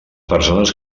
persones